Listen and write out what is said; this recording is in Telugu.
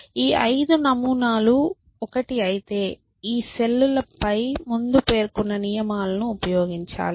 ఈ ఐదు నమూనాలు ఒకటి అయితే ఈ సెల్ ల పై ముందు పేర్కొన్న నియమాలను ఉపయోగించాలి